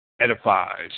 Edifies